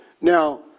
Now